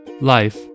life